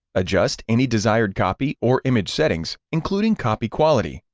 adjust any desired copy or image settings including copy quality,